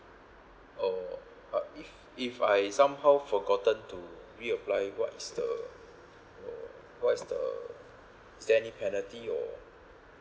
oh but if if I somehow forgotten to reapply what is the uh what is the is there any penalty or